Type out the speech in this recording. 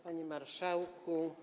Panie Marszałku!